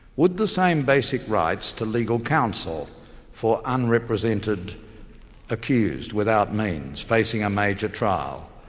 would the same basic rights to legal counsel for unrepresented accused without means, facing a major trial,